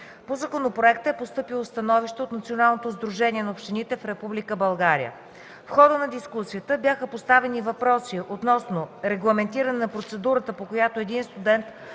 По законопроекта е постъпило становище от Националното сдружение на общините в Република България. В хода на дискусията бяха поставени въпроси относно регламентиране на процедурата, по която един студент